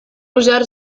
usar